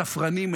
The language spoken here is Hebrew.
ספרנים,